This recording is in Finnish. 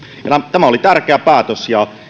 tämä oli tärkeä päätös